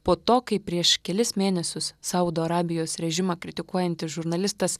po to kai prieš kelis mėnesius saudo arabijos režimą kritikuojantis žurnalistas